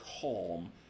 calm